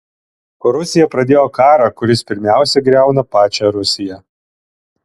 rusija pradėjo karą kuris pirmiausia griauna pačią rusiją